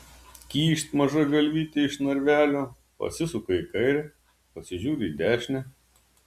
kyšt maža galvytė iš narvelio pasisuka į kairę pasižiūri į dešinę